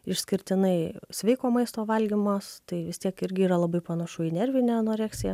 išskirtinai sveiko maisto valgymas tai vis tiek irgi yra labai panašu į nervinę anoreksiją